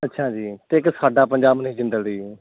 ਅੱਛਾ ਜੀ ਅਤੇ ਇੱਕ ਸਾਡਾ ਪੰਜਾਬ ਨ ਜਿੰਦਲ ਦੀ